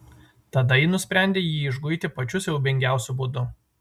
tada ji nusprendė jį išguiti pačiu siaubingiausiu būdu